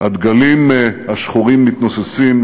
הדגלים השחורים מתנוססים